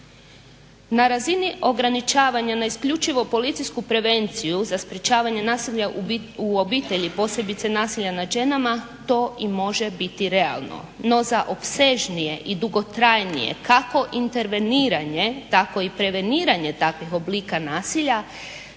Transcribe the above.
Na razini ograničavanja na isključivo policijsku prevenciju za sprečavanje nasilja u obitelji, posebice nasilja nad ženama to i može biti realno, no za opsežnije i dugotrajnije kako interveniranje tako i preveniranje takvih oblika nasilja